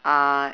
uh